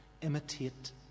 Imitate